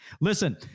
Listen